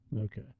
Okay